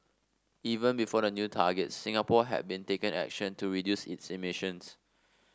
even before the new targets Singapore had been taking action to reduce its emissions